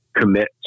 commit